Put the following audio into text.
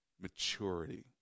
maturity